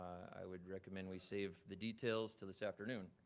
i would recommend we save the details to this afternoon.